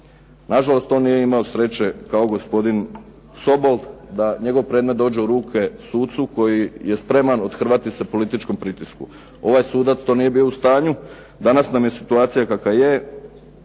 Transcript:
Na žalost on nije imao sreće kao gospodin Sobol da njegov predmet dođe u ruke sucu koji je spreman othrvati se političkom pritisku. Ovaj sudac to nije bio u stanju. Danas nam je situacija kakva je.